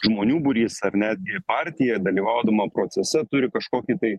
žmonių būrys ar netgi partija dalyvaudama procese turi kažkokį tai